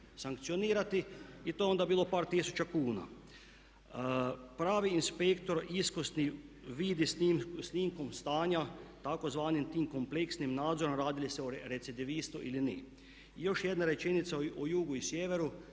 sankcionirati. I to je onda bilo par tisuća kuna. Pravi inspektor, iskusni, vidi snimkom stanja tzv. tim kompleksnim nadzorom radi li se o recidivistu ili ne. Još jedna rečenica o jugu i sjeveru,